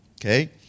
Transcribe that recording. okay